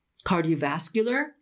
cardiovascular